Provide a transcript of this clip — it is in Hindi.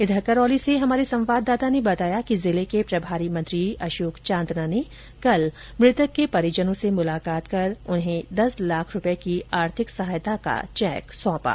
इधर करौली से हमारे संवाददाता ने बताया कि जिले के प्रभारी मंत्री अशोक चांदना ने कल मृतक के परिजनों से मुलाकात कर उन्हें दस लाख रूपए की आर्थिक सहायता का चेक सौंपा